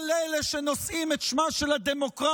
כל אלה שנושאים את שמה של הדמוקרטיה,